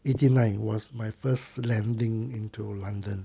eighty nine was my first landing into london